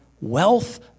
wealth